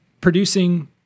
producing